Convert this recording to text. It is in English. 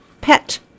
pet